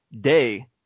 Day